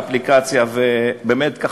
אנחנו נביא אפילו תיקון לחוק ונגיע להבנות בעניין.